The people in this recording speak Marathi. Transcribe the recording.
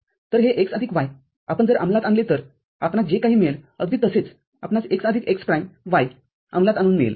तर हे x आदिक y आपण जर अंमलात आणले तरआपणास जे काही मिळेल अगदी तसेच आपणास x आदिक x प्राईम y अंमलात आणून मिळेल